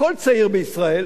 כל צעיר בישראל,